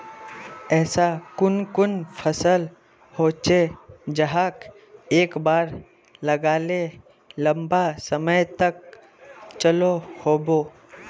ऐसा कुन कुन फसल होचे जहाक एक बार लगाले लंबा समय तक चलो होबे?